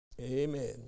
Amen